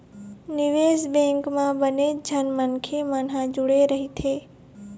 निवेश बेंक म बनेच झन मनखे मन ह जुड़े रहिथे